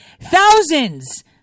Thousands